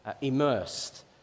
immersed